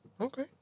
Okay